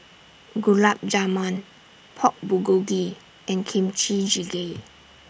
Gulab Jamun Pork Bulgogi and Kimchi Jjigae